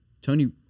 Tony